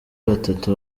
batatu